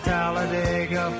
Talladega